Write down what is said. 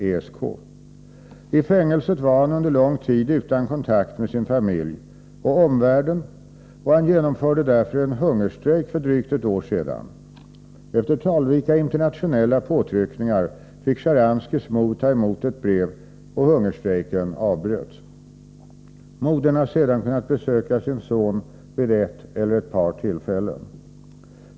I fängelset var han under lång tid utan kontakt med sin familj och omvärlden, och han genomförde därför en hungerstrejk för drygt ett år sedan. Efter talrika internationella påtryckningar fick Sjtjaranskijs mor ta emot ett brev, och hungerstrejken avbröts. Modern har sedan kunnat besöka sin son vid ett eller ett par tillfällen.